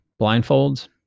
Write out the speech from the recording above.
Blindfolds